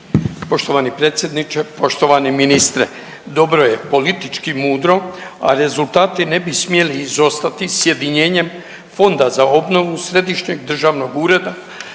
Poštovani predsjedniče, poštovani ministre. Dobro je, politički mudro, a rezultati ne bi smjeli izostati sjedinjenjem Fonda za obnovu, Središnjeg državnog ureda